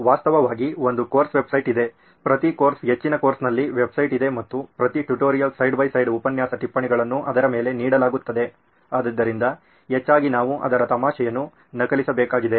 ವಾಸ್ತವವಾಗಿ ಒಂದು course website ಇದೆ ಪ್ರತಿ ಕೋರ್ಸ್ ಹೆಚ್ಚಿನ ಕೋರ್ಸ್ನಲ್ಲಿ ವೆಬ್ಸೈಟ್ ಇದೆ ಮತ್ತು ಪ್ರತಿ ಟ್ಯುಟೋರಿಯಲ್ ಸೈಡ್ ಬೈ ಸೈಡ್ ಇರುತ್ತದೆ ಎಲ್ಲಾ ಉಪನ್ಯಾಸ ಟಿಪ್ಪಣಿಗಳನ್ನು ಅದರ ಮೇಲೆ ನೀಡಲಾಗುತ್ತದೆ ಆದ್ದರಿಂದ ಹೆಚ್ಚಾಗಿ ನಾವು ಅದರ ತಮಾಷೆಯನ್ನು ನಕಲಿಸಬೇಕಾಗಿದೆ